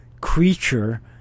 creature